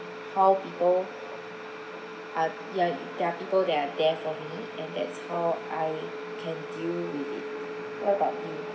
how people are ya there are people that are there for me and that's how I can deal with what about you